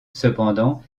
cependant